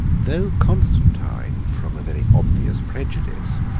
though constantine, from a very obvious prejudice,